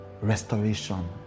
restoration